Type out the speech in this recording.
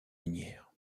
minières